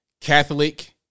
Catholic